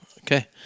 Okay